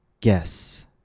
guess